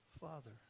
Father